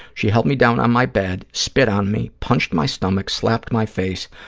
she held me down on my bed, spit on me, punched my stomach, slapped my face,